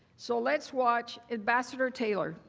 so let's watch ambassador taylor.